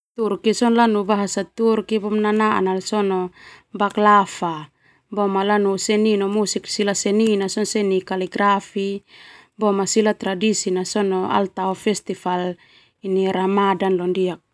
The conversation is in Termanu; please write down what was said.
Turki bahasa Turki boema nanaan sona baklava boema lanu seni kaligrafi boema sila tradisi sona ala tao festival ini Ramadan.